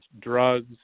drugs